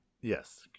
Yes